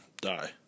die